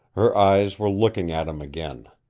her eyes were looking at him again,